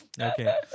okay